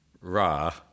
Ra